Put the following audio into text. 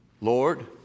Lord